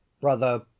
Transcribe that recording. Brother